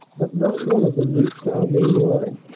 but not one of them reached our main line,